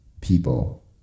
people